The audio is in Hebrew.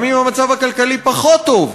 גם אם המצב הכלכלי פחות טוב,